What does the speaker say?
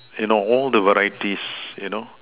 you know all the varieties you know